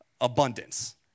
abundance